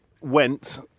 went